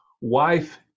wife